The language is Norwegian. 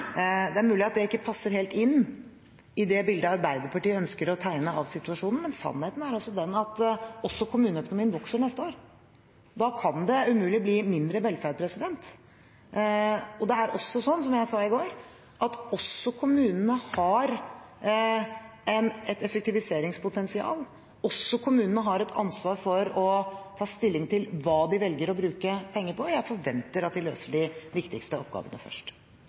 Det er mulig at det ikke passer helt inn i det bildet Arbeiderpartiet ønsker å tegne av situasjonen, men sannheten er altså den at også kommuneøkonomien vokser neste år. Da kan det umulig bli mindre velferd. Det er også slik, som jeg sa i går, at også kommunene har et effektiviseringspotensial, også kommunene har et ansvar for å ta stilling til hva de velger å bruke penger på. Jeg forventer at de løser de viktigste oppgavene først.